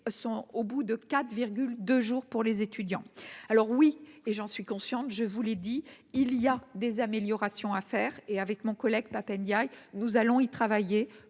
sont au bout de quatre de jours pour les étudiants, alors oui et j'en suis consciente, je vous l'ai dit, il y a des améliorations à faire, et avec mon collègue PAP Ndaye nous allons-y travailler